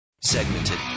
Segmented